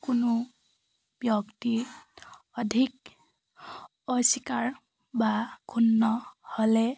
কোনো ব্যক্তি অধিক অস্বীকাৰ বা ক্ষুন্ন হ'লে